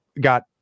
got